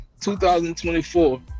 2024